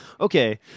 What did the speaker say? okay